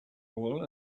wool